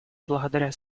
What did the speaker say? благодаря